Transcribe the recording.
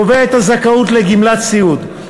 קובע את הזכאות לגמלת סיעוד.